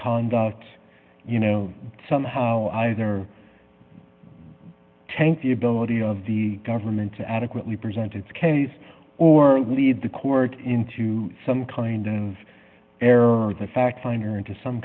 conduct you know somehow either tenke the ability of the government to adequately present its case or lead the court into some kind of error the fact finder into some